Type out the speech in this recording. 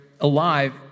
alive